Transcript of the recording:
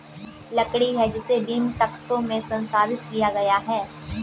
लकड़ी है जिसे बीम, तख्तों में संसाधित किया गया है